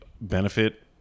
benefit